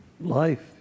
life